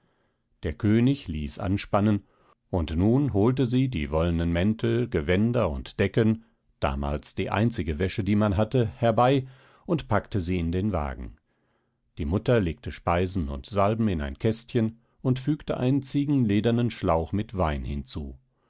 der könig ließ anspannen und nun holte sie die wollenen mäntel gewänder und decken damals die einzige wäsche die man hatte herbei und packte sie in den wagen die mutter legte speisen und salben in ein kästchen und fügte einen ziegenledernen schlauch mit wein hinzu